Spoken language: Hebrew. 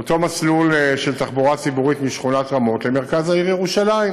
אותו מסלול של תחבורה ציבורית משכונת רמות למרכז העיר ירושלים,